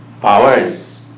powers